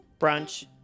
Brunch